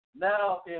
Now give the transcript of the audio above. Now